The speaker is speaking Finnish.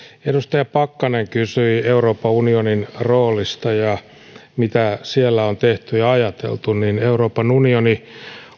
edustaja pakkanen kysyi euroopan unionin roolista ja siitä mitä siellä on tehty ja ajateltu euroopan unioni